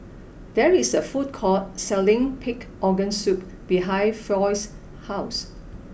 there is a food court selling Pig Organ Soup behind Foy's house